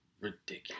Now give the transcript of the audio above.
Ridiculous